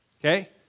Okay